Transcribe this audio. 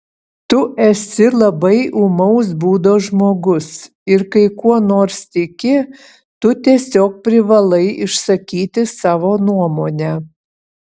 tu esi labai ūmaus būdo žmogus ir kai kuo nors tiki tu tiesiog privalai išsakyti savo nuomonę